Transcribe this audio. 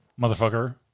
Motherfucker